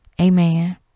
Amen